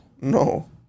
No